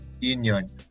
Union